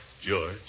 George